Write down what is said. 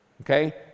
Okay